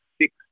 six